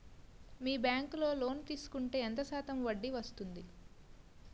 మీ bank లో loan తీసుకుంటే ఎంత శాతం వడ్డీ పడ్తుంది?